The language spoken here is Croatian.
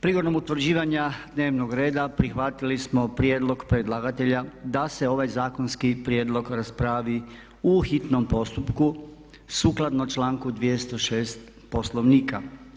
Prigodom utvrđivanja dnevnog reda prihvatili smo prijedlog predlagatelja da se ovaj zakonski prijedlog raspravi u hitnom postupku sukladno čl. 206 Poslovnika.